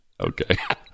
Okay